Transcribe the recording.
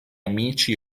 amici